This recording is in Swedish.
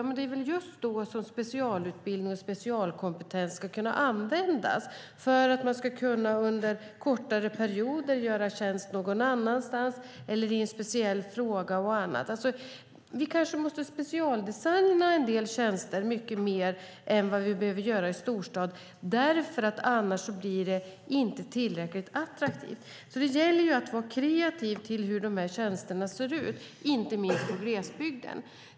Men det är väl just då specialutbildning och specialkompetens ska kunna användas för att man under kortare perioder ska kunna tjänstgöra någon annanstans i en speciell fråga eller annat. Vi kanske måste specialdesigna en del tjänster mycket mer än vad vi behöver göra i storstad, därför att det inte blir tillräckligt attraktivt annars. Det gäller alltså att vara kreativ vad gäller hur tjänsterna ska se ut, inte minst i glesbygden.